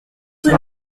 rue